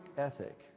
ethic